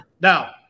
Now